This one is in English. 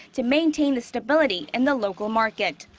to maintain the stability in the local market.